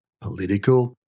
Political